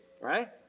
Right